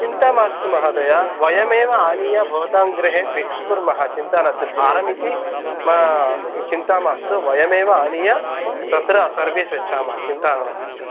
चिन्ता मास्तु महोदय वयमेव आनीय भवतां गृहे फि़क्स् कुर्मः चिन्ता नास्ति भारमिति मा चिन्ता मास्तु वयमेव आनीय तत्र सर्विस् यच्छामः चिन्ता मास्तु